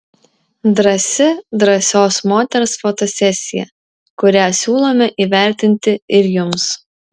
drąsi drąsios moters fotosesija kurią siūlome įvertinti ir jums